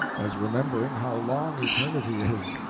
as remembering how long eternity is,